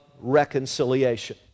reconciliation